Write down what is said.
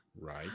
right